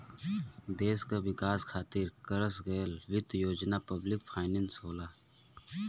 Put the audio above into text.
देश क विकास खातिर करस गयल वित्त योजना पब्लिक फाइनेंस होला